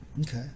Okay